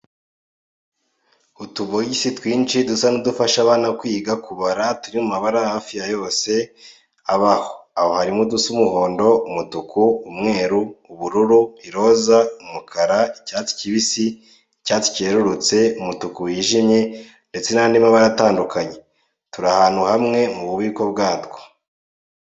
Utubogisi twinshi dusa n'udufasha abana kwiga kubara turi mu mbabara hafi yose abaho, aho harimo udusa umuhondo, umutuku, umweru, ubururu, iroza, umukara, icyatsi kibisi, icyatsi cyerurutse, umutuku wijimye ndetse n'andi mabara atandukanye. Turi ahantu hamwe mu bubiko bwatwo.